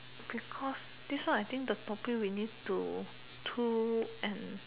because this one I think the topic we need to two and